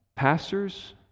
Pastors